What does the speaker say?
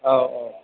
औ औ